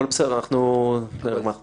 ברור לכולם מה הכוונה.